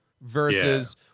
versus